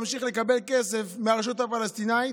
הוא ימשיך לקבל כסף מהרשות הפלסטינית,